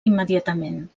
immediatament